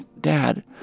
Dad